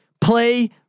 Play